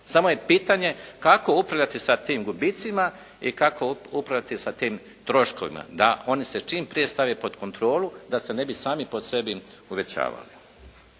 Samo je pitanje kako upravljati sa tim gubicima i kako upravljati sa tim troškovima, da oni se čim prije stave pod kontrolu da se ne bi sami po sebi uvećavali.